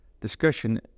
discussion